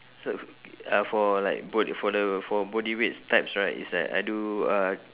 uh for like bod~ for the for body weights types right is like I do uh